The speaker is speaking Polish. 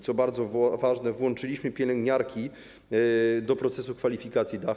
Co bardzo ważne, włączyliśmy pielęgniarki do procesu kwalifikacji dawców.